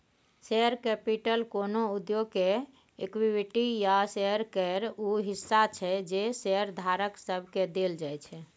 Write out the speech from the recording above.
share capital कोनो उद्योग केर इक्विटी या शेयर केर ऊ हिस्सा छै जे शेयरधारक सबके देल जाइ छै